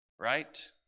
Right